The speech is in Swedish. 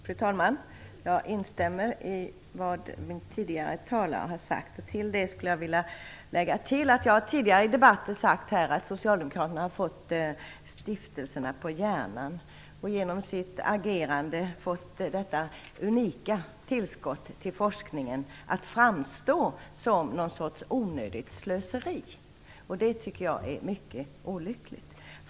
Fru talman! Jag instämmer i vad föregående talare har sagt. Till detta vill jag tillägga att jag tidigare här i debatten har sagt att socialdemokraterna har fått stiftelserna på hjärnan och att de genom sitt agerande fått detta unika tillskott till forskningen att framstå som någon sorts onödigt slöseri. Det tycker jag är mycket olyckligt.